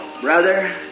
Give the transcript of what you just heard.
Brother